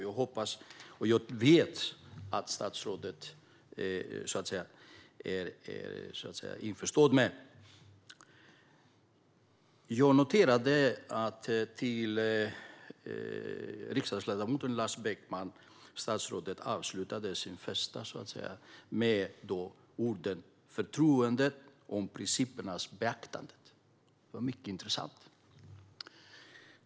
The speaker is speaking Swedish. Jag hoppas, eller jag vet, att statsrådet är införstådd med detta. Jag noterade att statsrådet avslutade sitt svar till riksdagsledamot Lars Beckman med att säga att han har förtroende för att principerna beaktas. Det var mycket intressant.